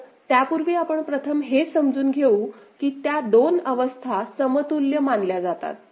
तर त्यापूर्वी आपण प्रथम हे समजून घेऊ की त्या दोन अवस्था समतुल्य मानल्या जातात